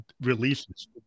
releases